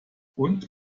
und